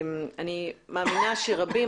אני מאמינה שרבים,